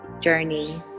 journey